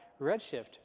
Redshift